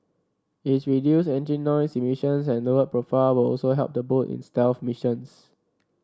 its reduced engine noise emissions and lowered profile will also help the boat in stealth missions